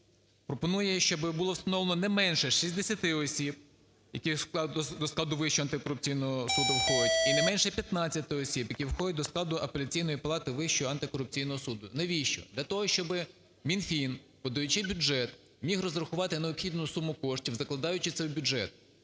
пропонує, щоби було встановлено не менше 60 осіб, які до складу Вищого антикорупційного суду входять і не менше 15 осіб, які входять до складу Апеляційної палати Вищого антикорупційного суду. Навіщо? Для того, щоби Мінфін, подаючи бюджет, міг розрахувати необхідну суму коштів, закладаючи це в бюджет.